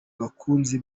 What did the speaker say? abakunzi